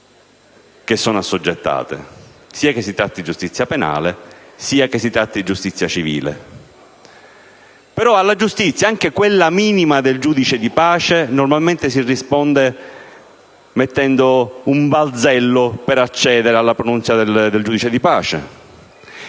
che sono assoggettate, sia che si tratti di giustizia penale, sia che si tratti di giustizia civile. Però alla giustizia, anche a quella minima del giudice di pace, normalmente si risponde mettendo un balzello per accedere alla pronuncia del giudice di pace.